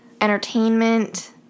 entertainment